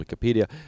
Wikipedia